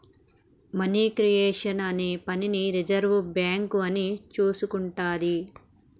money creation అనే పనిని reserve bank అని చూసుకుంటాది